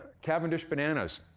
cavendish bananas.